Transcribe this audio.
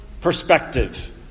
perspective